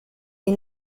les